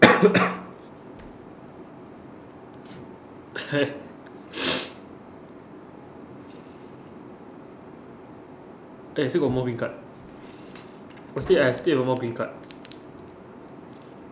eh still got more green card I still I still got more green card